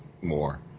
more